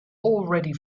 already